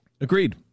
agreed